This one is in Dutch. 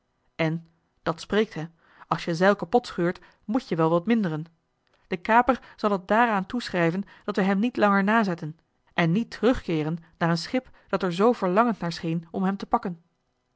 en dat spreekt hè als je zeil kapot scheurt moet-je wel wat minderen de kaper zal het daaraan toeschrijven dat we hem niet langer nazetten en niet terugkeeren naar een schip dat er zoo verlangend naar scheen om hem te pakken